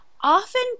often